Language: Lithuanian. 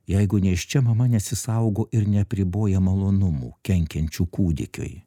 jeigu nėščia mama nesisaugo ir neapriboja malonumų kenkiančių kūdikiui